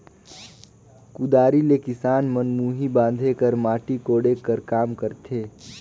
कुदारी ले किसान मन मुही बांधे कर, माटी कोड़े कर काम करथे